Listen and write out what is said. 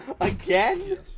Again